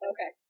Okay